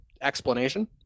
explanation